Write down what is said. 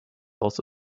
also